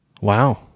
Wow